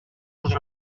nos